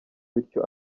bityo